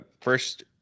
First